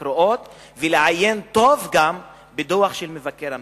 הקרואות וגם לעיין טוב בדוח של מבקר המדינה.